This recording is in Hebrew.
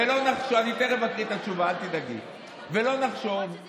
בוא תסביר לי